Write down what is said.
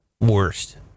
worst